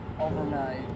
overnight